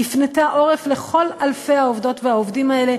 היא הפנתה עורף לכל אלפי העובדות והעובדים האלה,